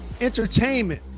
entertainment